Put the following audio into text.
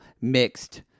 mixed